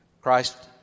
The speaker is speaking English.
Christ